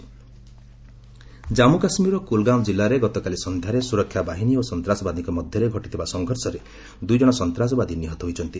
JK killed Jammu କାଶ୍ରୀରର କୃଲ୍ଗାମ୍ ଜିଲ୍ଲାରେ ଗତକାଳି ସନ୍ଧ୍ୟାରେ ସ୍ୱରକ୍ଷା ବାହିନୀ ଓ ସନ୍ତାସବାଦୀଙ୍କ ମଧ୍ୟରେ ଘଟିଥିବା ସଂଘର୍ଷରେ ଦୁଇ ଜଣ ସନ୍ତାସବାଦୀ ନିହତ ହୋଇଛନ୍ତି